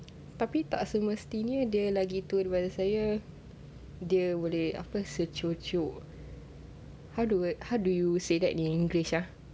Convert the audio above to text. tapi tak semestinya dia lagi tua daripada saya dia apa secucuk how do wor~ how do you say that in english ah